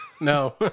No